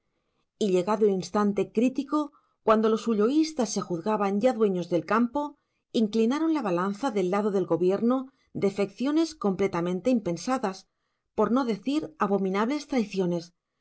llegado el instante crítico cuando los ulloístas se juzgaban ya dueños del campo inclinaron la balanza del lado del gobierno defecciones completamente impensadas por no decir abominables traiciones